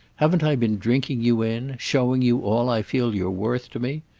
haven't i been drinking you in showing you all i feel you're worth to me?